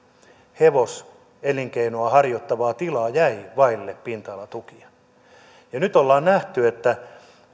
hevoselinkeinoa harjoittavaa tilaa jäi vaille pinta alatukia nyt ollaan nähty että